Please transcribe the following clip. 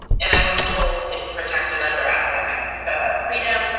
and i was told it's protected under academic freedom.